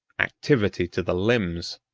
activity to the limbs,